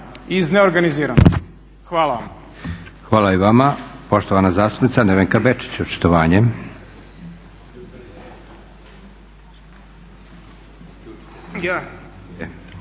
iz neorganiziranosti. Hvala vam. **Leko, Josip (SDP)** Hvala i vama. Poštovana zastupnica Nevenka Bečić, očitovanje.